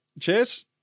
Cheers